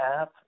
app